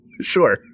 sure